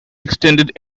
extended